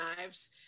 knives